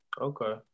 Okay